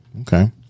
Okay